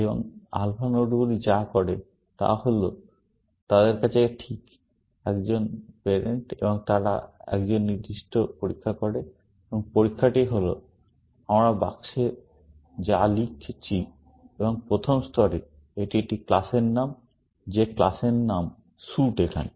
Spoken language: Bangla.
এবং আলফা নোডগুলি যা করে তা হল তাদের আছে ঠিক একজন প্যারেন্ট এবং তারা একটি নির্দিষ্ট পরীক্ষা করে এবং পরীক্ষাটি হল আমরা বাক্সে যা লিখছি এবং প্রথম স্তরে এটি একটি ক্লাসের নাম যে ক্লাসের নাম স্যুট এখানে